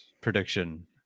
prediction